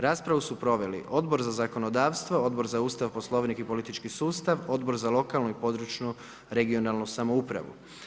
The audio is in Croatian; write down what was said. Raspravu su proveli Odbor za zakonodavstvo, Odbor za Ustav, Poslovnik i politički sustav, Odbor za lokalnu i područnu, regionalnu samoupravu.